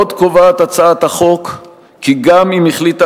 עוד קובעת הצעת החוק כי גם אם החליטה